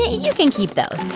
you can keep those.